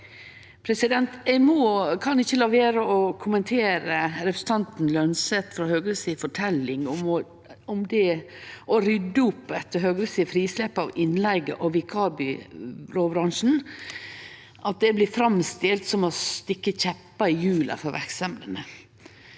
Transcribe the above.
demografi. Eg kan ikkje la vere å kommentere representanten Lønseth frå Høgre si forteljing om det å rydde opp etter Høgre sitt frislepp av innleige- og vikarbyråbransjen, når det blir framstilt som å stikke kjeppar i hjula for verksemdene.